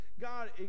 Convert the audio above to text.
God